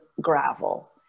gravel